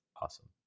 awesome